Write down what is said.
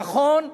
נכון,